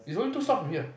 it's only two stops from here